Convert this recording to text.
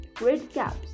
Redcaps